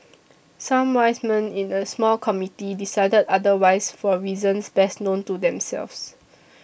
some 'wise men' in a small committee decided otherwise for reasons best known to themselves